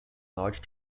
large